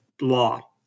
law